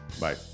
Bye